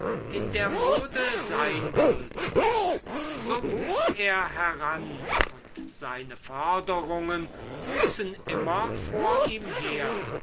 in der mode sein wollte so wuchs er heran und seine forderungen wuchsen immer vor ihm her